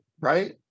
right